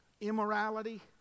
immorality